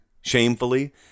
shamefully